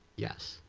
yes.